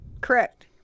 Correct